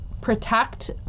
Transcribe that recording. protect